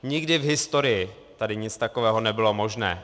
Nikdy v historii tady nic takového nebylo možné.